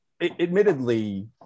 admittedly